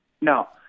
No